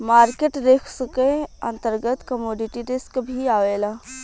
market risk के अंतर्गत commodity risk भी आवेला